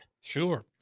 Sure